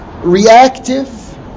reactive